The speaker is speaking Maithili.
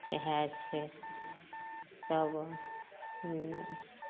इहए छै तब